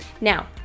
Now